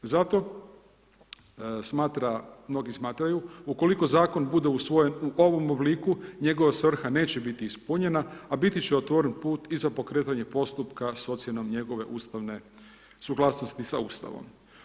Zato mnogi smatraju ukoliko zakon bude usvojen u ovom obliku njegova svrha neće biti ispunjenja, a biti će otvoren put i za pokretanje postupka s ocjenom njegove ustavne suglasnosti sa Ustavom.